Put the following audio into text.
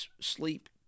sleep